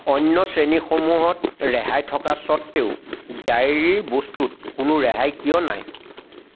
অন্য শ্ৰেণীসমূহত ৰেহাই থকা স্বত্তেও ডায়েৰীৰ বস্তুত কোনো ৰেহাই কিয় নাই